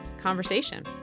conversation